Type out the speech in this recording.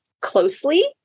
closely